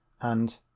And